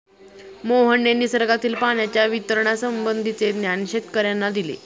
मोहनने निसर्गातील पाण्याच्या वितरणासंबंधीचे ज्ञान शेतकर्यांना दिले